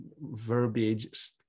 verbiage